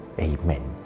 Amen